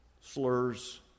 slurs